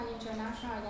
international